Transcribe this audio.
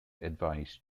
advice